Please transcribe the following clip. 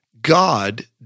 God